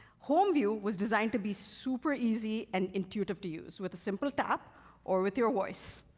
home view was designed to be super easy and intuitive to use with a simple tap or with your voice.